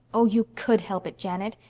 oh, you could help it, janet.